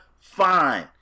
fine